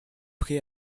prêt